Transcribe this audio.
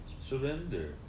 surrender